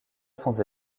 sans